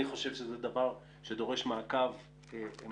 אני חושב שזה דבר שדורש מעקב משמעותי.